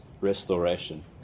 restoration